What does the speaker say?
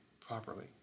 properly